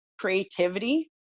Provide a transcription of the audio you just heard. creativity